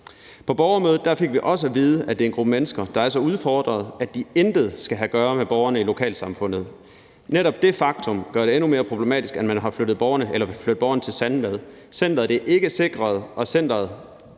På borgermødet fik vi også at vide, at det er en gruppe mennesker, der er så udfordret, at de intet skal have at gøre med borgerne i lokalsamfundet. Netop det faktum gør det endnu mere problematisk, at man vil flytte borgerne til Sandvad. Centeret er ikke sikret, og centeret